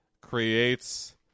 creates